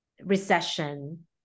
recession